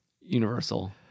universal